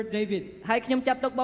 David